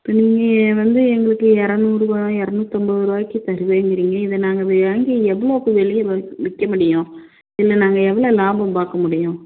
நீங்கள் வந்து எங்களுக்கு இரநூறுவா இரநூத்தம்பதுரூவாய்க்கி தருவேங்கிறீங்க இதை நாங்க வே வாங்கி எவ்வளோக்கு வெளியில வ விற்க முடியும் இதில் நாங்கள் எவ்வளோ லாபம் பார்க்க முடியும்